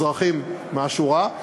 אזרחים מן השורה.